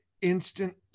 instant